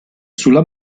sulla